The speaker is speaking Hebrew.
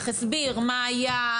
הסביר מה היה?